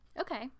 Okay